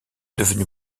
devenu